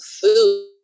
food